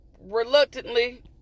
reluctantly